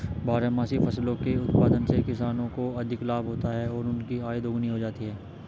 बारहमासी फसलों के उत्पादन से किसानों को अधिक लाभ होता है और उनकी आय दोगुनी हो जाती है